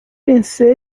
pensei